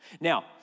Now